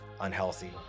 unhealthy